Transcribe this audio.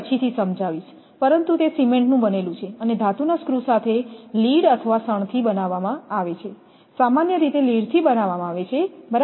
પરંતુ તે સિમેન્ટનું બનેલું છે અને ધાતુના સ્ક્રૂ સાથે લીડ અથવા શણથી બનાવવામાં આવે છે સામાન્ય રીતે લીડથી બનાવવામાં આવે છે બરાબર